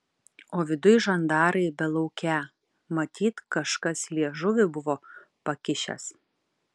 o viduj žandarai belaukią matyt kažkas liežuvį buvo pakišęs